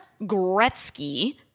Gretzky